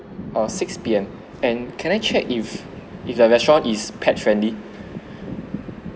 err six P_M and can I check if if the restaurant is pet friendly